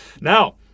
Now